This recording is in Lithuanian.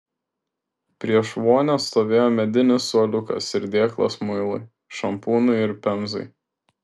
prieš vonią stovėjo medinis suoliukas ir dėklas muilui šampūnui ir pemzai